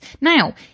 Now